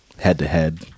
Head-to-head